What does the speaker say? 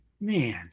Man